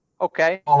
Okay